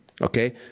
okay